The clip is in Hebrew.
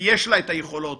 ויש לה את היכולות